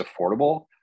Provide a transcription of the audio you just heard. affordable